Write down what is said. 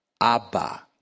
Abba